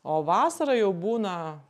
o vasarą jau būna